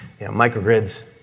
microgrids